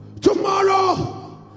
tomorrow